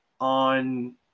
on –